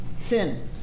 Sin